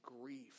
grief